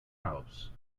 house